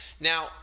Now